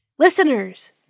Listeners